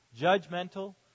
judgmental